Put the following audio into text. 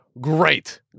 Great